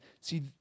See